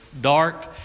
dark